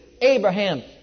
Abraham